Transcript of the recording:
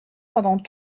pendant